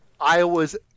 Iowa's